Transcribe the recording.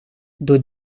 door